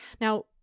Now